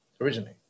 originally